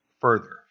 further